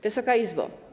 Wysoka Izbo!